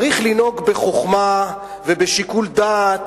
צריך לנהוג בחוכמה ובשיקול דעת